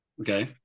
Okay